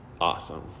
awesome